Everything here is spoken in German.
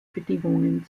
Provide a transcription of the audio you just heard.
bedingungen